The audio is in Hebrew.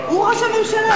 הוא ראש הממשלה,